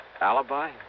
alibi